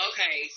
Okay